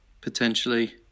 potentially